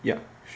yup